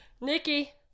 Nikki